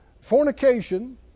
Fornication